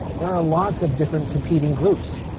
there are lots of different competing groups.